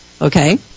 Okay